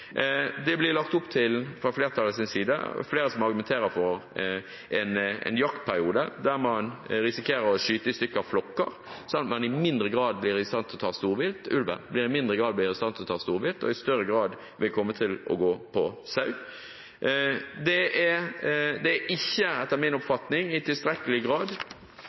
Fra flertallets side er det flere som argumenterer for en jaktperiode der man risikerer å skyte i stykker flokker, sånn at ulven i mindre grad blir i stand til å ta storvilt og i større grad vil komme til å gå på sau. Det er ikke, etter min oppfatning, i tilstrekkelig grad gjort de forsøkene med tapsordningene som jeg mener er nødvendige, der vi kunne ha forsøkt risikobaserte tilskudd i mye større grad